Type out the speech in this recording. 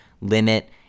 limit